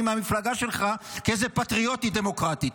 במפלגה שלך כאיזה פטריוטית דמוקרטית.